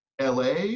LA